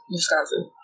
Wisconsin